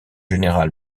général